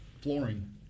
Flooring